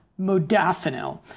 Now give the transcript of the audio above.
modafinil